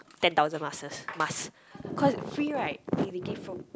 ten thousand masses mask cause free right where they give from